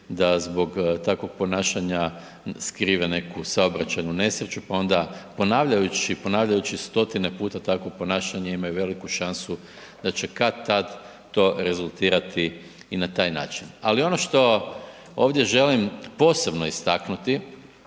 da zbog takvog ponašanja skrive neku saobraćaju nesreću, pa onda ponavljajući, ponavljajući stotine puta takvo ponašanje imaju veliku šansu da će kad-tad to rezultirati i na taj način. Ali ono što ovdje želim posebno istaknuti